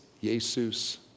Jesus